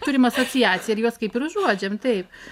turim asociaciją ir juos kaip ir užuodžiam taip